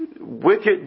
wicked